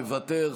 מוותר,